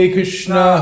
Krishna